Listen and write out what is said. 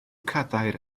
cadair